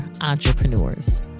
entrepreneurs